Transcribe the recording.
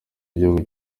igihugu